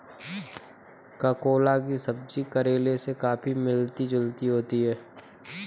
ककोला की सब्जी करेले से काफी मिलती जुलती होती है